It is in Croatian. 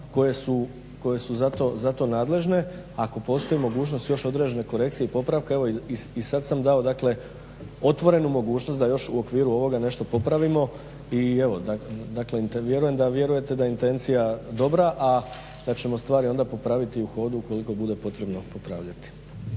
koje su za to nadležne. Ako postoji mogućnost još određene korekcije i popravka, evo i sad sam dao dakle otvorenu mogućnost da još u okviru nešto popravimo i evo vjerujem da vjerujem da je intencija dobra, a da ćemo stvari onda popraviti i u hodu ukoliko bude potrebno popravljati.